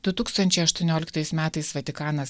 du tūkstančiai aštuonioliktais metais vatikanas